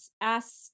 ask